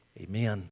amen